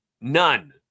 None